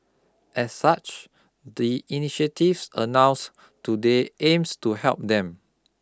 as such the initiatives announced today aims to help them